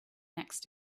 next